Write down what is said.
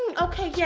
and okay yeah.